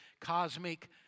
cosmic